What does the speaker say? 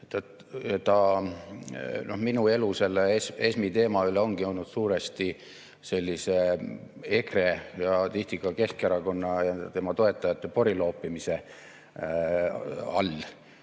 Minu elu selle ESM-i teema üle ongi olnud suuresti EKRE ja tihti ka Keskerakonna ja tema toetajate poriloopimise all.